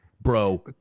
bro